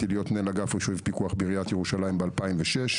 להיות מנהל אגף רישוי ופיקוח בעיריית ירושלים ב-2006.